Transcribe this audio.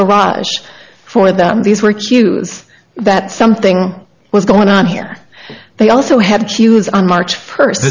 garage for them these were cues that something was going on here they also have cues on march first